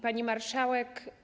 Pani Marszałek!